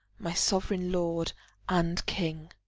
my sovereign lord and king,